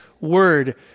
word